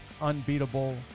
unbeatable